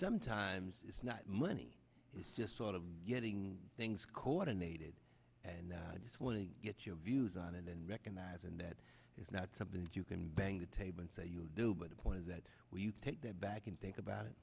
sometimes it's not money it's just sort of getting things coordinated and i just want to get your views on and recognize and that is not something that you can bang the table and say you do but the point is that when you take that back and think about it